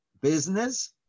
business